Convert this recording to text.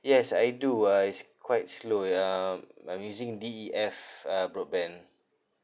yes I do uh it's quite slow um I'm using D E F uh broadband